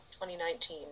2019